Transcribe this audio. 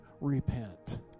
repent